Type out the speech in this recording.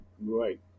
right